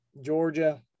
Georgia